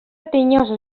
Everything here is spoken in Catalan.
tinyosos